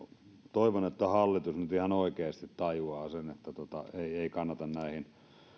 toivon että hallitus nyt ihan oikeasti tajuaa sen että ei kannata näihin